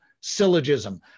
syllogism